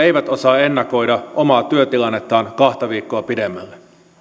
eivät osaa ennakoida omaa työtilannettaan kahta viikkoa pidemmälle